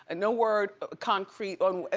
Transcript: and no word concrete on,